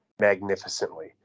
magnificently